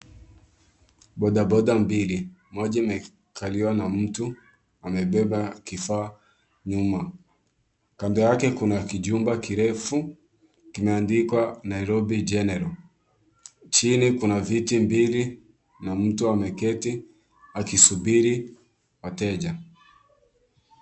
Boda boda mbili. Moja imekaliwa na mtu amebeba kifaa nyuma. Kando yake kuna kijumba kirefu kimeandikwa Nairobi General. Chini kuna viti mbili na mtu ameketi akisubiri wateja.